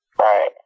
Right